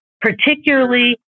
particularly